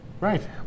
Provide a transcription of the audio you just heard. Right